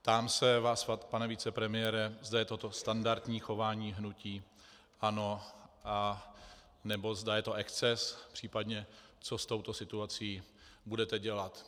Ptám se vás, pane vicepremiére, zda je toto standardní chování hnutí ANO, anebo zda je to exces, případně co s touto situací budete dělat.